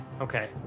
Okay